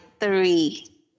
three